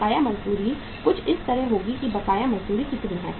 बकाया मजदूरी कुछ इस तरह होगी कि बकाया मजदूरी कितनी है